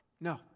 No